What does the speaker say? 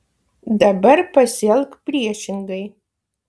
dabar pasielk priešingai